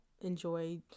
enjoy